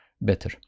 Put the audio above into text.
better